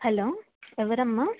hello ఎవరమ్మా